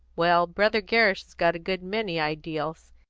well, brother gerrish has got a good many ideals.